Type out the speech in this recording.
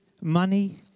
money